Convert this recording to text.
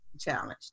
challenged